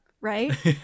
right